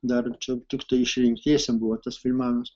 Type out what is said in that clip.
dar čia tiktai išrinktiesiem buvo tas filmavimas